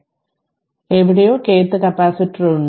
അതിനാൽ എവിടെയോ kth capacitor ഉണ്ട്